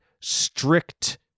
strict